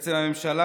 בעצם הממשלה,